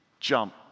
Jump